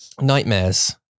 nightmares